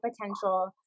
potential